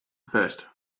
first